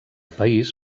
país